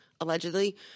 allegedly